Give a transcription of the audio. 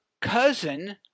cousin